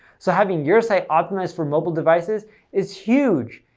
so having your site optimized for mobile devices is huge.